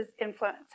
influence